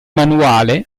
manuale